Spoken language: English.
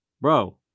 Bro